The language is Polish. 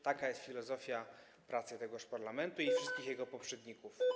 Taka jest filozofia pracy tego parlamentu i wszystkich poprzednich.